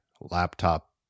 laptop